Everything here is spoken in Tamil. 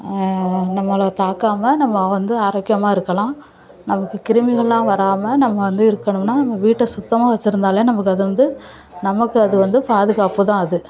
நம்மளை தாக்காமல் நம்ம வந்து ஆரோக்கியமாக இருக்கலாம் நமக்கு கிருமிகள்லாம் வராமல் நம்ம வந்து இருக்கணும்னா நம்ம வீட்டை சுத்தமாக வச்சிருந்தால் நமக்கு அது வந்து நமக்கு அது வந்து பாதுகாப்பு தான் அது